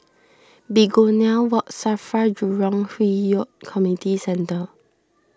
Begonia Walk Safra Jurong Hwi Yoh Community Centre